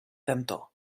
cantor